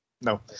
No